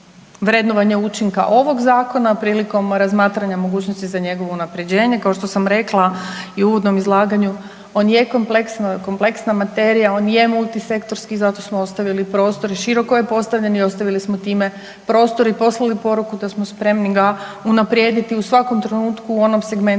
učinka ovog zakona, prilikom razmatranja mogućnosti za njegovo unapređenje. Kao što sam rekla i u uvodnom izlaganju on je kompleksna materija, on je multisektorski zato smo ostavili prostor i široko je postavljen i ostavili smo time prostor i poslali poruku da smo spremni ga unaprijediti u svakom trenutku u onom segmentu